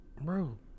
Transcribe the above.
bro